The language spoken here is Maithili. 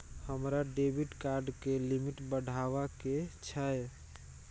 हमरा डेबिट कार्ड के लिमिट बढावा के छै